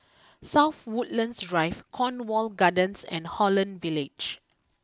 South Woodlands Drive Cornwall Gardens and Holland Village